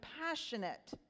passionate